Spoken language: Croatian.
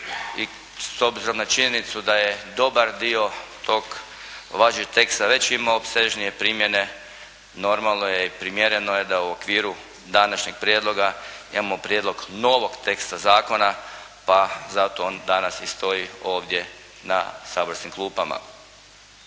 i s obzirom na činjenicu da je dobar dio tog važećeg teksta već imao opsežnije primjene normalno je i primjereno je da u okviru današnjeg prijedloga imamo prijedlog novog teksta zakona pa zato on danas i stoji ovdje na saborskim klupama.